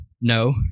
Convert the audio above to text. No